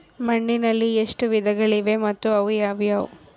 ಮಣ್ಣಿನಲ್ಲಿ ಎಷ್ಟು ವಿಧಗಳಿವೆ ಮತ್ತು ಅವು ಯಾವುವು?